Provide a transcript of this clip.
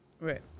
Right